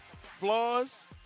flaws